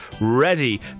ready